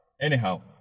anyhow